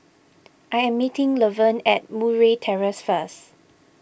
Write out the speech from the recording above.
I am meeting Levern at Murray Terrace first